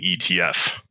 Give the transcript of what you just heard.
etf